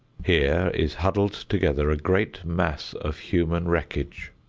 here is huddled together a great mass of human wreckage,